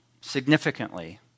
Significantly